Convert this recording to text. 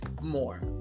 more